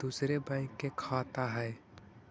दुसरे बैंक के खाता हैं?